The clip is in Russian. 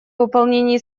выполнении